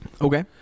okay